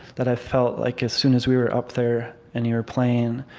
that i felt like as soon as we were up there, and you were playing,